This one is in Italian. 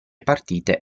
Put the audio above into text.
partite